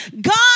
God